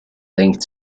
linked